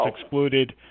excluded